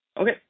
Okay